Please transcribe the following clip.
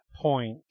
point